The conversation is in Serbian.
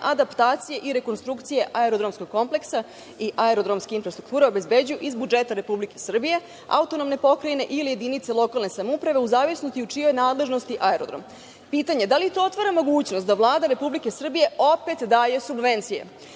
adaptacije i rekonstrukcije aerodromskog kompleksa i aerodromske infrastrukture obezbeđuju iz budžeta Republike Srbije, AP ili jedinice lokalne samouprave, u zavisnosti u čijoj je nadležnosti aerodrom. Pitanje – da li to otvara mogućnost da Vlada Republike Srbije opet daje subvencije,